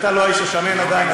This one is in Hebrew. אתה לא האיש השמן עדיין,